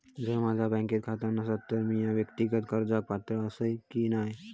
जर माझा बँक खाता नसात तर मीया वैयक्तिक कर्जाक पात्र आसय की नाय?